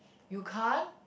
you can't